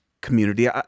community